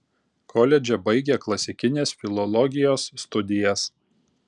koledže baigė klasikinės filologijos studijas